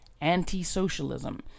anti-socialism